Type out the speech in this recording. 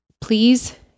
please